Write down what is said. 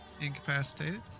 Incapacitated